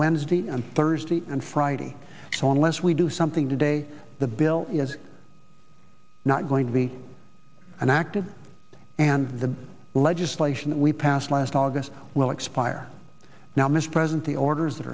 wednesday and thursday and friday so unless we do something today the bill is not going to be and acted and the legislation that we passed last august will expire now mispresent the orders that